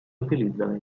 utilizzano